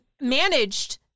managed